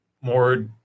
more